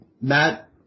Matt